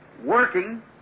working